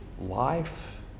life